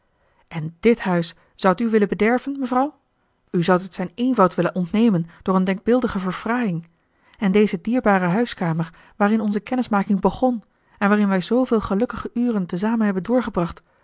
en dit huis zoudt u willen bederven mevrouw u zoudt het zijn eenvoud willen ontnemen door een denkbeeldige verfraaiing en deze dierbare huiskamer waarin onze kennismaking begon en waarin wij zoovele gelukkige uren tezamen hebben doorgebracht